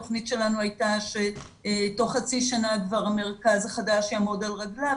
התוכנית שלנו הייתה שתוך חצי שנה כבר המרכז החדש יעמוד על רגליו,